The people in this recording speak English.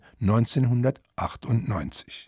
1998